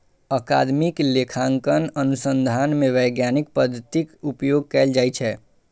अकादमिक लेखांकन अनुसंधान मे वैज्ञानिक पद्धतिक उपयोग कैल जाइ छै